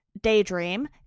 Daydream